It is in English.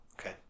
okay